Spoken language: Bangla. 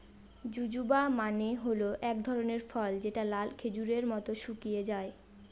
জুজুবা মানে হল এক ধরনের ফল যেটা লাল খেজুরের মত শুকিয়ে যায়